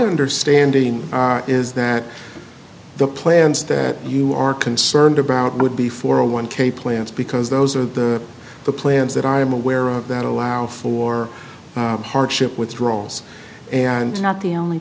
understanding is that the plans that you are concerned about would be for a one k plans because those are the plans that i am aware of that allow for hardship withdrawals and not the only